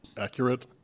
accurate